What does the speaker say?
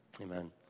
Amen